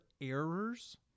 errors